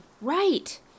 right